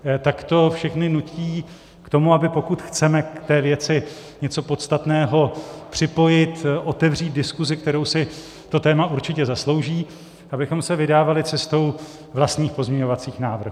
Tak to všechny nutí k tomu, aby pokud chceme k té věci něco podstatného připojit, otevřít diskusi, kterou si to téma určitě zaslouží, abychom se vydávali cestou vlastních pozměňovacích návrhů.